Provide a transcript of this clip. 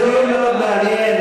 זה דיון מאוד מעניין,